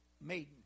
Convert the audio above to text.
maiden